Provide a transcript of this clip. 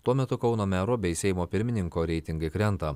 tuo metu kauno mero bei seimo pirmininko reitingai krenta